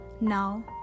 Now